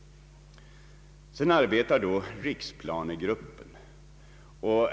Vidare arbetar riksplanegruppen.